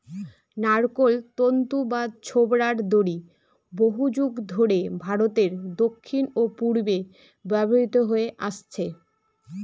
নারকোল তন্তু বা ছোবড়ার দড়ি বহুযুগ ধরে ভারতের দক্ষিণ ও পূর্বে ব্যবহৃত হয়ে আসছে